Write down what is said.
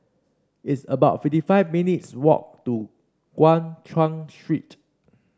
it's about fifty five minutes' walk to Guan Chuan Street